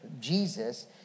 Jesus